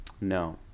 no